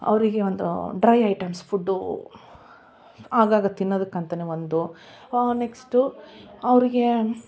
ಅವ್ರಿಗೆ ಒಂದು dry items food ಆಗಾಗ ತಿನ್ನೋದಕಂತಲೇ ಒಂದು ನೆಕ್ಸ್ಟು ಅವ್ರಿಗೆ